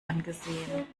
angesehen